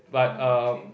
but uh